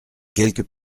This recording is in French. quelques